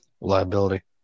liability